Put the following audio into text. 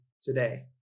today